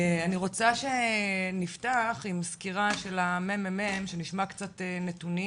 אני רוצה שנפתח עם סקירה של הממ"מ שנשמע קצת נתונים